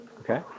Okay